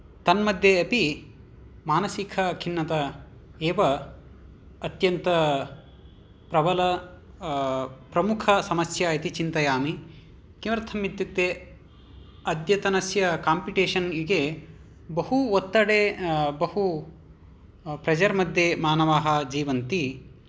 तन्मध्ये अपि मानसिकखिन्नता एव अत्यन्तप्रबला प्रमुखा समस्या इति चिन्तयामि किमर्थम् इत्युक्ते अद्यतनस्य काम्पिटेशन् युगे बहु ओत्तडे बहु प्रेशर् मध्ये मानवाः जीवन्ति